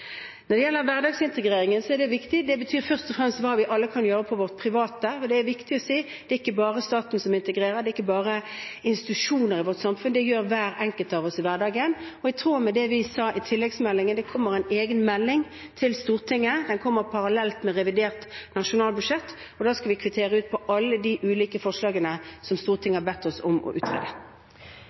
Når det gjelder hverdagsintegreringen, så er det viktig. Det betyr først og fremst hva vi alle kan gjøre privat, og det er viktig å si. I vårt samfunn er det ikke bare staten som integrerer, ikke bare institusjoner, men hver enkelt av oss gjør det i hverdagen. I tråd med det vi sa i tilleggsproposisjonen, kommer det en egen melding til Stortinget. Den kommer parallelt med revidert nasjonalbudsjett, og da skal vi kvittere ut på alle de ulike forslagene som Stortinget har bedt oss om å